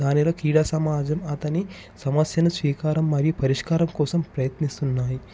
దానిలో క్రీడా సమాజం అతని సమస్యను స్వీకారం మరియు పరిష్కారం కోసం ప్రయత్నిస్తున్నాయి